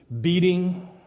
beating